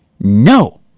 no